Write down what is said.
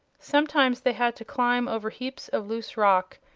sometimes they had to climb over heaps of loose rock,